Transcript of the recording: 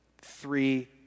Three